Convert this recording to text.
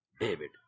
David